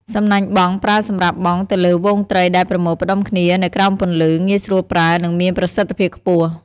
សំណាញ់បង់ ប្រើសម្រាប់បង់ទៅលើហ្វូងត្រីដែលប្រមូលផ្តុំគ្នានៅក្រោមពន្លឺ។ ងាយស្រួលប្រើ និងមានប្រសិទ្ធភាពខ្ពស់។